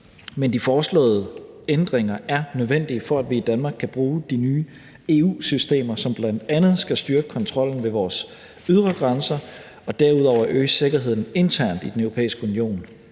Men de foreslåede ændringer er nødvendige for, at vi i Danmark kan bruge de nye EU-systemer, som bl.a. skal styrke kontrollen ved vores ydre grænser og derudover øge sikkerheden internt i den europæiske union,